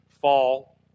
fall